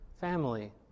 family